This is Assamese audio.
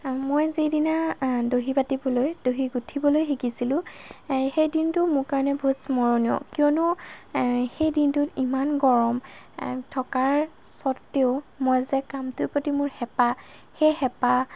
মই যিদিনা দহি বাতিবলৈ দহি গুঠিবলৈ শিকিছিলোঁ সেই দিনটো মোৰ কাৰণে বহুত স্মৰণীয় কিয়নো সেই দিনটোত ইমান গৰম থকাৰ স্বত্তেও মই যে কামটোৰ প্ৰতি মোৰ হেঁপাহ সেই হেঁপাহ